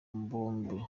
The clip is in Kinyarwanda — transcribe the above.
mbumbe